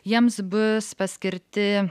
jiems bus paskirti